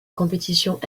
compétitions